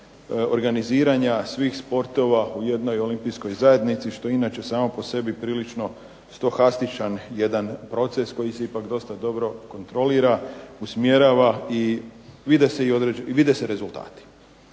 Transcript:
organiziranja svih sportova u jednoj olimpijskoj zajednici, što inače samo po sebi prilično stohastičan jedan proces koji se dosta dobro kontrolira i usmjerava i vide se rezultati.